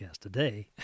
today